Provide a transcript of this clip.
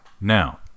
Now